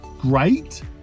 great